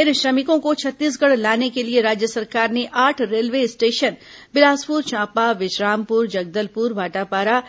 इन श्रमिकों को छत्तीसगढ़ लाने के लिए राज्य सरकार ने आठ रेलवे स्टेशन बिलासपुर चांपा विश्रामपुर जगदलपुर भाटापारा